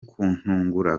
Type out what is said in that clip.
kuntungura